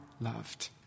loved